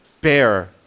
bear